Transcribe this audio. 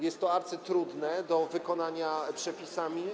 Jest to arcytrudne do wykonania przepisami.